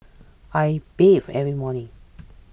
I bathe every morning